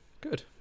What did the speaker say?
Good